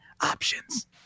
options